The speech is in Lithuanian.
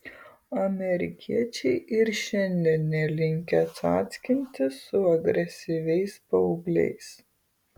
amerikiečiai ir šiandien nelinkę cackintis su agresyviais paaugliais